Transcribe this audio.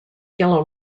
yellow